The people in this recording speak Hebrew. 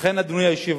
לכן, אדוני היושב-ראש,